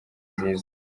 nziza